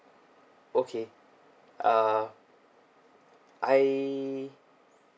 okay uh I